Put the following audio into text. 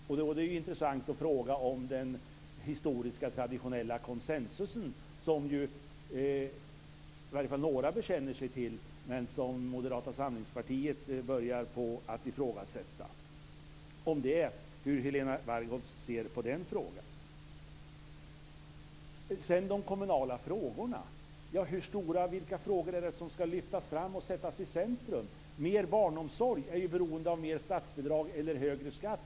Då är det intressant att fråga om den historiska traditionella konsensus som i varje fall några bekänner sig till - Moderata samlingspartiet börjar ifrågasätta den. Hur ser Helena Bargholtz på den frågan? Vilka kommunala frågor ska lyftas fram och sättas i centrum. Bättre barnomsorg är ju beroende av mer statsbidrag eller högre skatt.